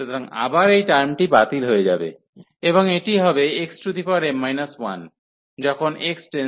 সুতরাং আবার এই টার্মটি বাতিল হয়ে যাবে এবং এটি হবে xm 1 যখন x→1